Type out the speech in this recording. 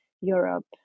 Europe